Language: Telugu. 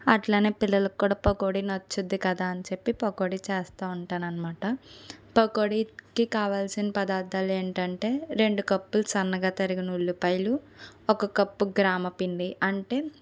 అట్లానే పిల్లలకు కూడా పకోడీ నచ్చుద్ది కదా అని చెప్పి పకోడీ చేస్తూ ఉంటాను అనమాట పకోడీకి కావాల్సిన పదార్థాలు ఏంటంటే రెండు కప్పులు సన్నగా తరిగిన ఉల్లిపాయలు ఒక కప్పు గ్రామపిండి అంటే